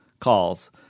calls